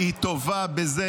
היא טובה בזה